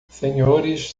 senhores